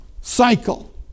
cycle